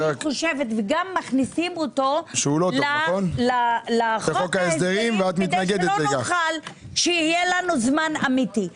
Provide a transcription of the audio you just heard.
וגם מכניסים אותו לחוק ההסדרים כדי שלא נוכל שיהיה לנו זמן אמיתי.